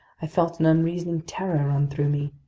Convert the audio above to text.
i felt an unreasoning terror run through me.